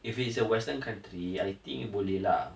if it is a western country I think boleh lah